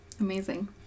Amazing